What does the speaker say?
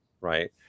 Right